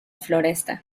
floresta